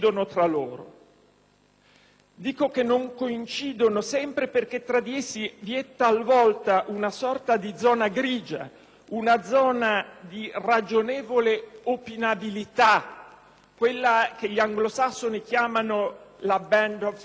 Dico che non coincidono sempre perché tra di essi vi è talvolta una sorta di zona grigia, una zona di ragionevole opinabilità (quella che gli anglosassoni chiamano *band of reasonableness*